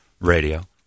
Radio